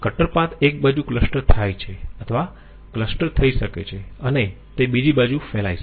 cutter path એક બાજુ cluster થાય છે અથવા ક્લસ્ટર થઈ શકે છે અને તે બીજી બાજુ ફેલાઈ શકે છે